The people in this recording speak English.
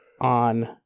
on